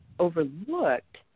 overlooked